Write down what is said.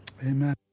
Amen